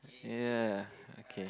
ya okay